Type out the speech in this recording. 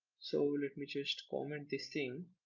so let me just comment this thing.